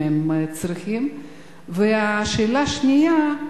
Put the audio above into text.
השאלה השנייה: